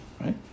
Right